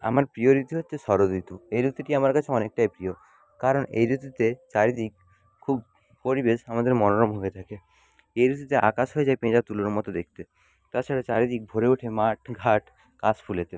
আমার প্রিয় ঋতু হচ্ছে শরৎ ঋতু এই ঋতুটি আমার কাছে অনেকটাই প্রিয় কারণ এই ঋতুতে চারিদিক খুব পরিবেশ আমাদের মনোরম হয়ে থাকে এই ঋতুতে আকাশ হয়ে যায় পেঁজা তুলোর মতো দেখতে তাছাড়া চারিদিক ভরে ওঠে মাঠ ঘাট কাশ ফুলেতে